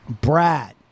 Brad